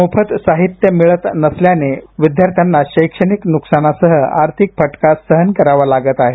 मोफत साहित्य मिळत नसल्याने विद्यार्थ्यांना शैक्षणिक नुकसानासहआर्थिक फटका सहन करावा लागत आहे